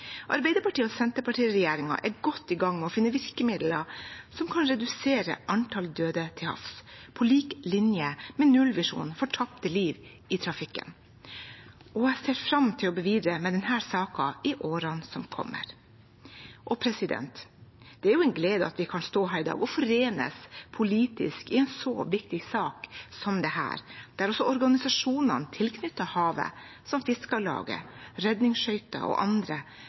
og Senterparti-regjeringen er godt i gang med å finne virkemidler som kan redusere antall døde til havs, på lik linje med nullvisjonen for tapte liv i trafikken. Jeg ser fram til å jobbe videre med denne saken i årene som kommer. Det er jo en glede at vi kan stå her i dag og forenes politisk i en så viktig sak som denne, der også organisasjonene tilknyttet havet, som Fiskarlaget, redningsskøytene og andre,